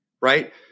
right